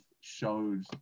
showed